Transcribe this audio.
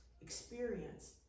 experience